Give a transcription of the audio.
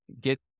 get